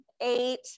eight